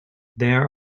there